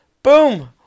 Boom